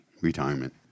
retirement